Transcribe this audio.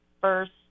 first